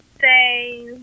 say